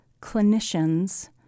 clinicians